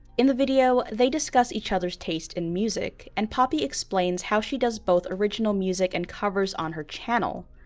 in the video they discuss each other's taste in music and poppy explains how she does both original music and covers on her channel.